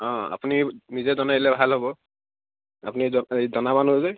অঁ আপুনি নিজে জনাই দিলে ভাল হ'ব আপুনি এই জন জনা মানুহ যে